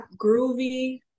groovy